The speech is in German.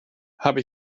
habe